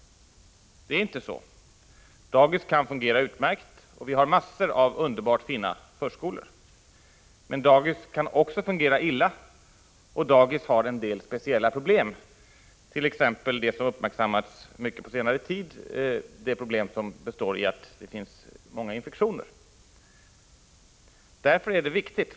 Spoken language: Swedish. Det är inte så. Dagis kan fungera utmärkt — vi har massor av underbart fina förskolor. Men dagis kan också fungera illa, och dagis har en hel del speciella problem, t.ex. det som uppmärksammats mycket på senare tid, nämligen de återkommande infektionerna.